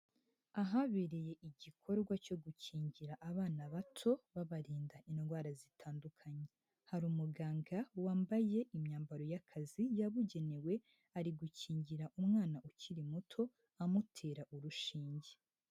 Ahabereye igikorwa cyo gukingira abana bato babarinda indwara zitandukanye; hari umuganga wambaye imyambaro y'akazi yabugenewe ari gukingira umwana ukiri muto amutera urushinge.